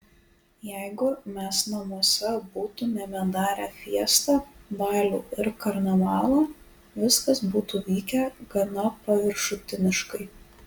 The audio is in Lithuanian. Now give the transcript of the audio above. jeigu mes namuose būtumėme darę fiestą balių ir karnavalą viskas būtų vykę gana paviršutiniškai